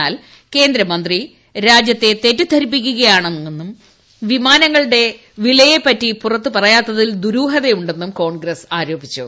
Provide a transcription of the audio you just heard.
എന്നാൽ കേന്ദ്രമന്ത്രി രാജ്യത്തെ തെറ്റിദ്ധരിപ്പിക്കുകയാണെന്നും വിമനാങ്ങളുടെ വിലയെപ്പറ്റു പുറത്തു പറയാത്തിൽ ദുരൂഹതയുണ്ടെന്നും കോൺഗ്രസ് ആരോപിച്ചു